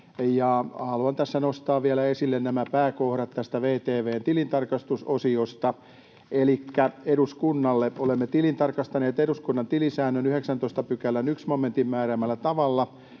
nostaa vielä esille nämä pääkohdat tästä VTV:n tilintarkastusosiosta. Elikkä: ”Eduskunnalle: Olemme tilintarkastaneet eduskunnan tilisäännön 19 §:n 1 momentin määräämällä tavalla